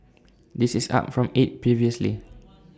this is up from eight previously